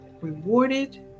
rewarded